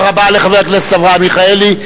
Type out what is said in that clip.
תודה רבה לחבר הכנסת אברהם מיכאלי.